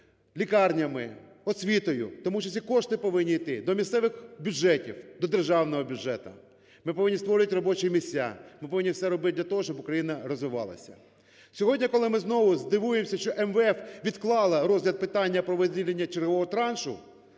лікарнями, освітою, у тому числі кошти повинні йти до місцевих бюджетів, до державного бюджету. Ми повинні створювати робочі місця. Ми повинні все робить для того, щоб Україна розвивалася. Сьогодні коли ми знову дивуємося, що МВФ відклала розгляд питання про виділення чергового траншу,